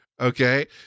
okay